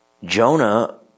Jonah